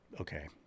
Okay